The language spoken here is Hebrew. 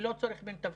ללא צורך במתווכים,